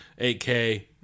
8K